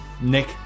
Nick